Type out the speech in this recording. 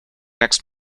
next